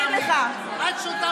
איך את שותה